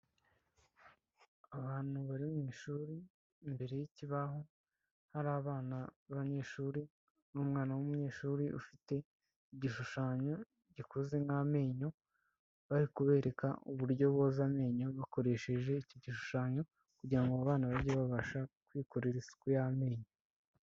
Abantu bari mu ishuri, imbere y'ikibaho hari abana b'abanyeshuri n'umwana w'umunyeshuri ufite igishushanyo gikoze nk'amenyo, bari kubereka uburyo boza amenyo bakoresheje iki gishushanyo kugira ngo abo bana bajye babasha kwikorera isuku y'amenyo.